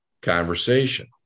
conversation